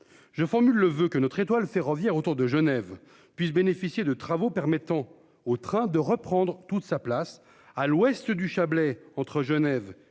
Je formule le voeu que notre étoile ferroviaire autour de Genève puisse bénéficier de travaux permettant au train de reprendre toute sa place à l'ouest du Chablais entre Genève et